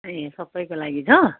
ए सबैको लागि छ